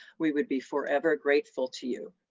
we would be forever grateful to you.